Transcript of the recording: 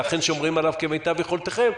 ואכן שומרים עליו כמיטב יכולתכם.